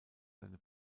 seine